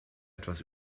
etwas